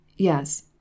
Yes